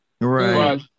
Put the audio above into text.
Right